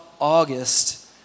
August